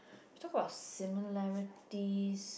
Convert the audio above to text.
talk about similarities